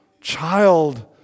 child